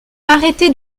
arrêtez